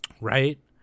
Right